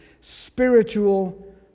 spiritual